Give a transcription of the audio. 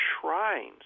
shrines